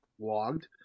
logged